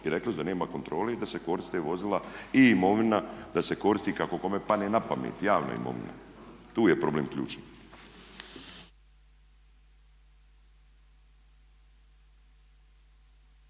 i rekli su da nema kontrole i da se koriste vozila i imovina kako kome padne na pamet, javna imovina. Tu je problem ključni.